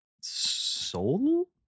soul